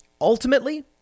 ultimately